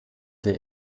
der